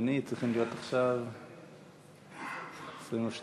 ההצעה להעביר את הצעת חוק נציבות זכויות הילד,